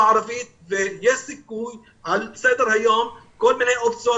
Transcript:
הערבית ויש סיכוי שעל סדר היום יהיו כל מיני אופציות.